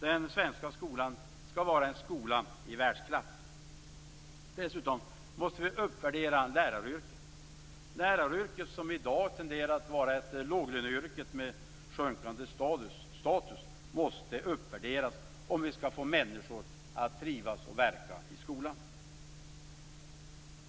Den svenska skolan skall vara en skola i världsklass. Dessutom måste vi uppvärdera läraryrket. Läraryrket som i dag tenderar att vara ett låglöneyrke med sjunkande status måste uppvärderas om vi skall få människor att trivas och verka i skolan.